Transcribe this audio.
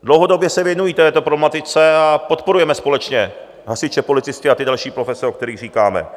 Dlouhodobě se věnují této problematice a podporujeme společně hasiče, policisty a další profese, o kterých říkáme.